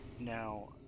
Now